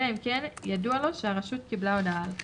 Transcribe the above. אלא אם כן ידוע לו שהרשות קיבלה הודעה על כך.